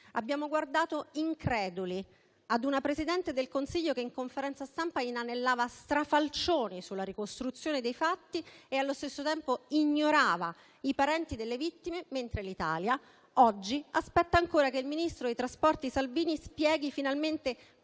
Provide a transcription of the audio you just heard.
abbiamo guardato increduli ad una Presidente del Consiglio che in conferenza stampa inanellava strafalcioni sulla ricostruzione dei fatti e allo stesso tempo ignorava i parenti delle vittime, mentre l'Italia oggi aspetta ancora che il ministro delle infrastrutture e dei trasporti Salvini spieghi finalmente